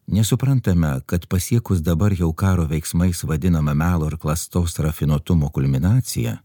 nesuprantame kad pasiekus dabar jau karo veiksmais vadinamą melo ir klastos rafinuotumo kulminaciją